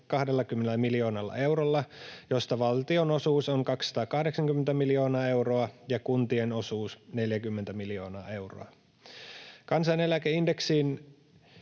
320 miljoonalla eurolla, josta valtion osuus on 280 miljoonaa euroa ja kuntien osuus 40 miljoonaa euroa. Kansaneläkeindeksin